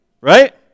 Right